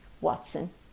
Watson